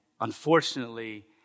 Unfortunately